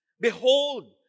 behold